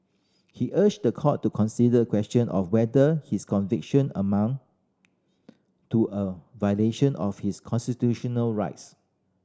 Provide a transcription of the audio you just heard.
he urged the court to consider the question of whether his conviction amounted to a violation of his constitutional rights